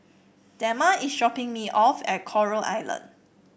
Dema is dropping me off at Coral Island